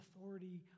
authority